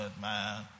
man